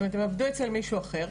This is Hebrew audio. זאת אומרת הם עבדו אצל מישהו אחר,